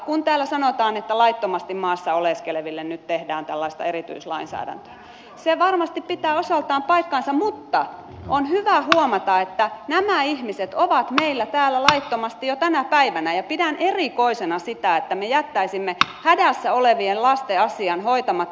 kun täällä sanotaan että laittomasti maassa oleskeleville nyt tehdään tällaista erityislainsäädäntöä se varmasti pitää osaltaan paikkansa mutta on hyvä huomata että nämä ihmiset ovat meillä täällä laittomasti jo tänä päivänä ja pidän erikoisena sitä että me jättäisimme hädässä ole vien lasten asian hoitamatta